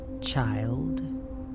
child